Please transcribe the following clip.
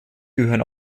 gehören